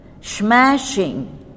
smashing